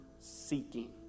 seeking